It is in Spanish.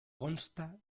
consta